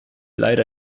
leider